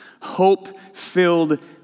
hope-filled